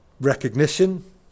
recognition